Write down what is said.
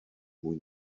mwy